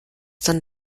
dann